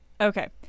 okay